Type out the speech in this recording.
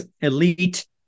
elite